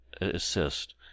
assist